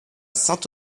saint